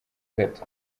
gato